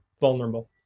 vulnerable